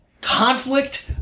conflict